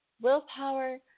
willpower